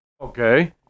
Okay